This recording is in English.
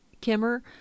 Kimmer